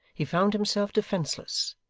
he found himself defenceless,